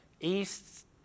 east